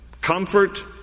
comfort